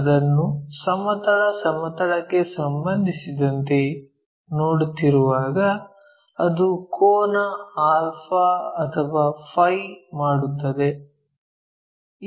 ಅದನ್ನು ಸಮತಲ ಸಮತಲಕ್ಕೆ ಸಂಬಂಧಿಸಿದಂತೆ ನೋಡುತ್ತಿರುವಾಗ ಅದು ಕೋನ ಆಲ್ಫಾ α ಅಥವಾ ಫೈ Φ ಮಾಡುತ್ತದೆ